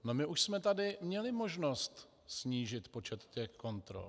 No, my už jsme tady měli možnost snížit počet těch kontrol.